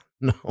No